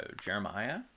jeremiah